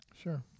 Sure